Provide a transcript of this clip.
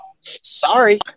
sorry